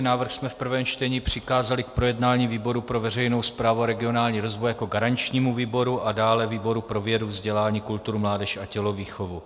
Návrh jsme v prvním čtení přikázali k projednání výboru pro veřejnou správu a regionální rozvoj jako garančnímu výboru a dále výboru pro vědu, vzdělání, kulturu, mládež a tělovýchovu.